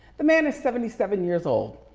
the man is seventy seven years old.